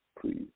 please